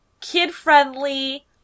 Kid-friendly